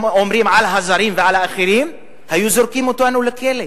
אומרים על הזרים ועל האחרים היו זורקים אותנו לכלא.